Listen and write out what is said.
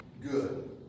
Good